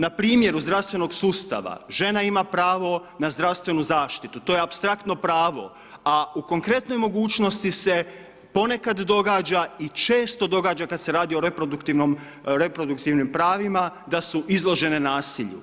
Na primjeru zdravstvenog sustava, žena ima pravo na zdravstvenu zaštitu, to je apstraktno pravo a u konkretnoj mogućnosti se ponekad događa i često događa kad se radi o reproduktivnim pravima da su izložene nasilju.